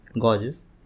Gorgeous